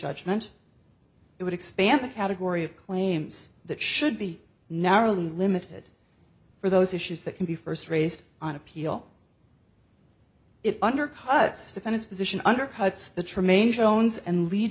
judgement it would expand the category of claims that should be narrowly limited for those issues that can be first raised on appeal it undercuts defend its position undercuts the tremaine jones and lea